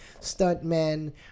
stuntmen